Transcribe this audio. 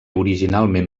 originalment